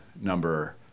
Number